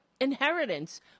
inheritance